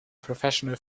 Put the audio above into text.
professional